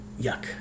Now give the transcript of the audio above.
yuck